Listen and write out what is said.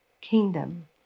kingdom